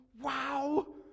Wow